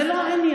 זה לא העניין.